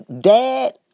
dad